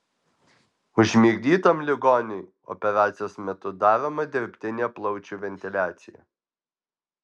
užmigdytam ligoniui operacijos metu daroma dirbtinė plaučių ventiliacija